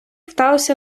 вдалося